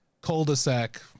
cul-de-sac